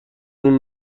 اون